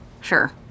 Sure